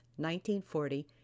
1940